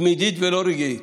תמידית ולא רגעית.